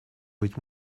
быть